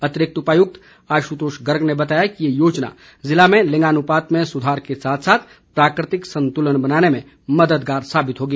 अतिरिक्त उपायुक्त आशुतोष गर्ग ने बताया कि ये योजना जिले में लिंगानुपात में सुधार के साथ साथ प्राकृतिक संतुलन बनाने में मददगार साबित होगी